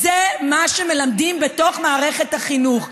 וזה מה שמלמדים בתוך מערכת החינוך.